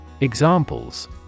Examples